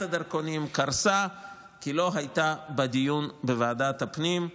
הדרכונים" קרסה כלא הייתה בדיון בוועדת הפנים.